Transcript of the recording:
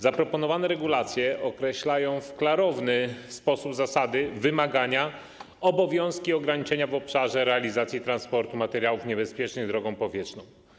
Zaproponowane regulacje określają w klarowny sposób zasady, wymagania, obowiązki i ograniczenia w obszarze realizacji transportu materiałów niebezpiecznych drogą powietrzną.